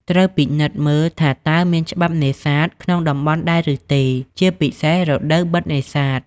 ត្រូវពិនិត្យមើលថាតើមាន ច្បាប់នេសាទ ក្នុងតំបន់ដែរឬទេ ជាពិសេសរដូវបិទនេសាទ។